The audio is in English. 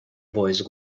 boys